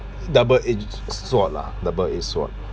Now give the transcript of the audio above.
double edged sword lah double edged sword